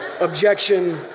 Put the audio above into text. Objection